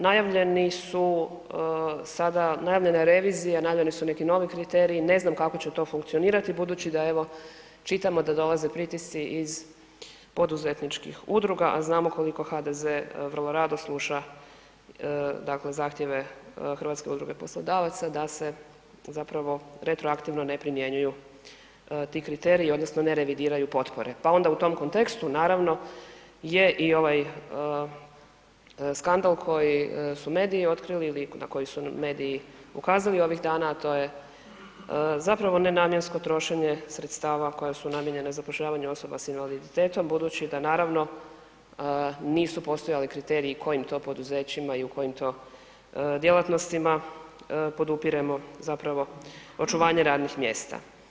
Najavljeni su sada, najavljena je revizija, najavljeni su neki novi kriteriji, ne znam kako će to funkcionirati budući da evo čitamo da dolaze pritisci iz poduzetničkih udruga, a znamo koliko HDZ vrlo rado sluša, dakle zahtjeve HUP-a da se zapravo retroaktivno ne primjenjuju ti kriteriji odnosno ne revidiraju potpore, pa onda u tom kontekstu naravno je i ovaj skandal koji su mediji otkrili ili na koji su mediji ukazali ovih dana, a to je zapravo nenamjensko trošenje sredstava koja su namijenjena zapošljavanju osoba sa invaliditetom budući da naravno nisu postojali kriteriji kojim to poduzećima i u kojim to djelatnostima, podupiremo zapravo očuvanje radnih mjesta.